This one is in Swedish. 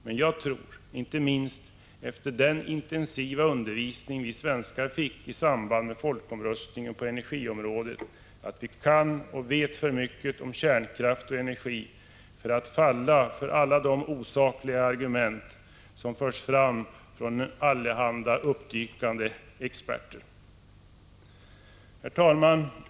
Men jag tror — inte minst efter den intensiva undervisning vi svenskar fick i samband med folkomröstningen på energiområdet — att vi kan och vet för mycket om kärnkraft och energi för att falla för alla de osakliga argument som förs fram från allehanda uppdykande experter. Herr talman!